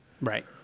Right